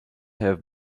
have